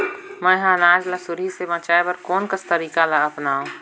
मैं ह अनाज ला सुरही से बचाये बर कोन कस तरीका ला अपनाव?